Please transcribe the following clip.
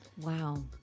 Wow